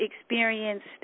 experienced